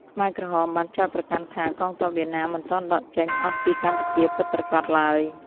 ខ្មែរក្រហមបានចោទប្រកាន់ថា កងទ័ពវៀតណាមមិនទាន់ដកចេញអស់ពីកម្ពុជាពិតប្រាកដឡើយ។